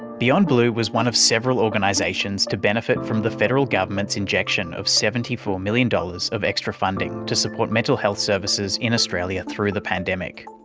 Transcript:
beyond blue was one of several organisations to benefit from the federal government's injection of seventy four million dollars of extra funding to support mental health services in australia through the pandemic.